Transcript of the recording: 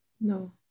No